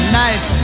nice